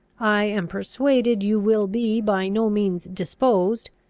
i am persuaded you will be by no means disposed,